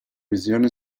visione